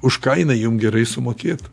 už ką jinai jum gerai sumokėtų